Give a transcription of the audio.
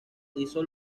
hizo